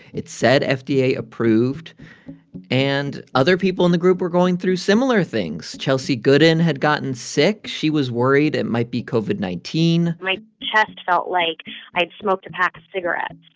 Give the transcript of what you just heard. it said fda-approved. and other people in the group were going through similar things. chelsey goodan had gotten sick. she was worried it might be covid nineteen point my chest felt like i had smoked a pack of cigarettes.